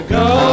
go